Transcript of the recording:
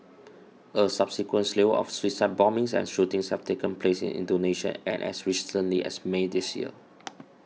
a subsequent slew of suicide bombings and shootings have taken place in Indonesia and as recently as May this year